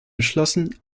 beschlossen